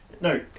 no